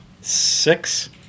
six